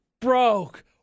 broke